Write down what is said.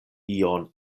ion